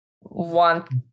want